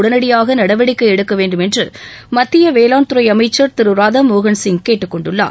உடனடியாக நடவடிக்கை எடுக்க வேண்டுமென்று மத்திய வேளாண்துறை அமைச்சா் திரு ராதாமோகன் கேட்டுக் கொண்டுள்ளார்